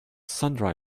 sundry